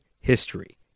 history